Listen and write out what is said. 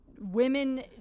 women